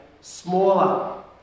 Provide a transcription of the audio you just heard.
smaller